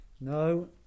No